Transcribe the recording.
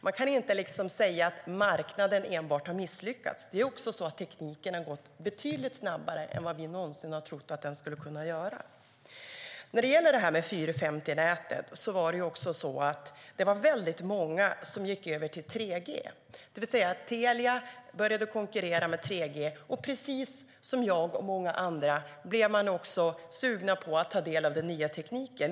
Man kan inte säga att marknaden enbart har misslyckats; tekniken har också utvecklats betydligt snabbare än vad vi någonsin trott att den skulle kunna göra. När det gäller 450-nätet var det många som gick över till 3G. Telia började konkurrera med 3G, och precis som jag blev många andra också sugna på att ta del av den nya tekniken.